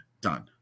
done